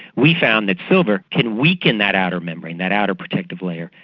we found that silver can weaken that outer membrane, that outer protective layer,